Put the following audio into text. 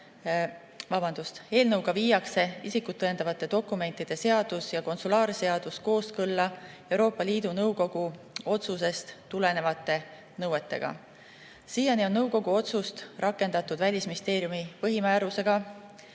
kohta. Eelnõuga viiakse isikut tõendavate dokumentide seadus ja konsulaarseadus kooskõlla Euroopa Liidu Nõukogu otsusest tulenevate nõuetega. Siiani on otsust rakendatud Välisministeeriumi põhimääruse